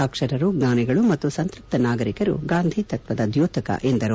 ಸಾಕ್ಷರರು ಜ್ವಾನಿಗಳು ಮತ್ತು ಸಂತೃಪ್ತ ನಾಗರಿಕರು ಗಾಂಧಿ ತತ್ವದ ದ್ಯೋತಕ ಎಂದರು